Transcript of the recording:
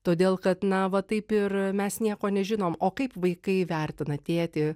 todėl kad na va taip ir mes nieko nežinom o kaip vaikai įvertina tėtį